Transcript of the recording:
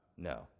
No